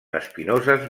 espinoses